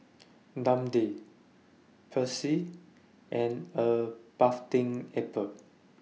Dundee Persil and A Bathing Ape